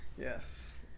Yes